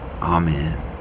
Amen